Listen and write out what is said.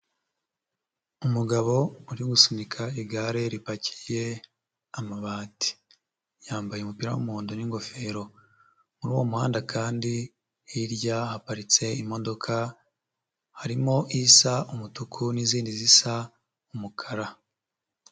Umugabo uri gusunika igare ripakiye amabati. Yambaye umupira w'umuhondo n'ingofero. Muri uwo muhanda kandi hirya haparitse imodoka, harimo isa umutuku n'izindi zisa umukara.